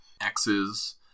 X's